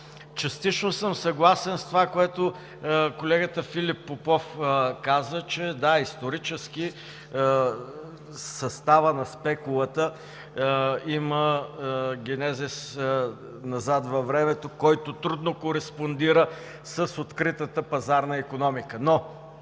Частично съм съгласен с това, което колегата Филип Попов каза, че – да, исторически съставът на спекулата има генезис назад във времето, който трудно кореспондира с откритата пазарна икономика,